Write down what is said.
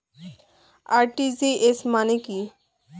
RTGS মানে কি?